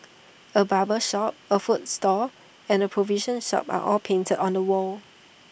A barber shop A fruit stall and A provision shop are all painted on the wall